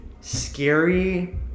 scary